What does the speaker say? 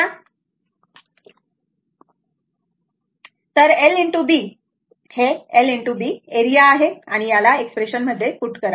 तर l ✕ B हे l आणि B A आणि याला या एक्सप्रेशन मध्ये पूट करा